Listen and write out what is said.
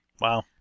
Wow